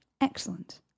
Excellent